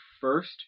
first